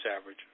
average